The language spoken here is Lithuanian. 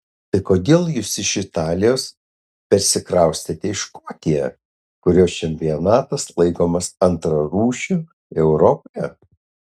tai kodėl jūs iš italijos persikraustėte į škotiją kurios čempionatas laikomas antrarūšiu europoje